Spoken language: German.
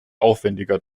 aufwendiger